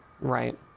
right